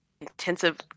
intensive